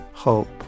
hope